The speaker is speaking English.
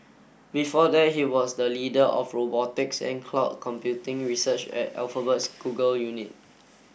before that he was the leader of robotics and cloud computing research at Alphabet's Google unit